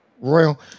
royal